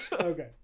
Okay